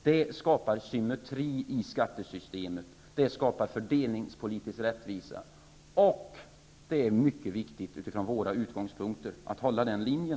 Det skapar symmetri i skattesystemet och det skapar fördelningspolitisk rättvisa. Det är mycket viktigt utifrån våra utgångspunkter att hålla den linjen.